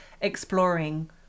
exploring